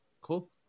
Cool